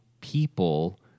people